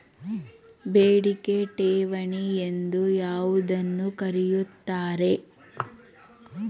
ಬೇಡಿಕೆ ಠೇವಣಿ ಎಂದು ಯಾವುದನ್ನು ಕರೆಯುತ್ತಾರೆ?